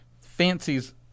fancies